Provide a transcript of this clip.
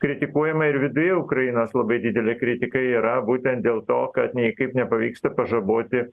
kritikuojama ir viduje ukrainos labai didelė kritikai yra būtent dėl to kad niekaip nepavyksta pažaboti